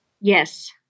Yes